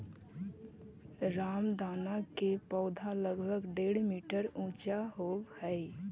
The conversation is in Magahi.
रामदाना के पौधा लगभग डेढ़ मीटर ऊंचा होवऽ हइ